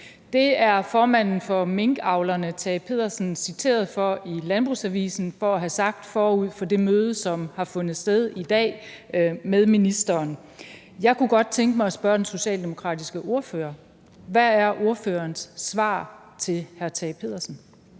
Det er formanden for minkavlerne, Tage Pedersen, citeret for i LandbrugsAvisen for at have sagt forud for det møde, som har fundet sted i dag med ministeren. Jeg kunne godt tænke mig at spørge den socialdemokratiske ordfører: Hvad er ordførerens svar til hr. Tage Pedersen?